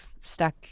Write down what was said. stuck